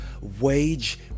Wage